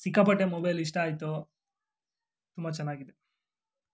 ಸಿಕ್ಕಾಪಟ್ಟೆ ಮೊಬೈಲ್ ಇಷ್ಟ ಆಯಿತು ತುಂಬ ಚೆನ್ನಾಗಿದೆ